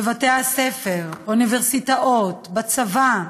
בבתי הספר, באוניברסיטאות, בצבא,